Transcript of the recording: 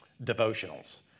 devotionals